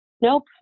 Nope